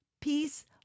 peace